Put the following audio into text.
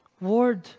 word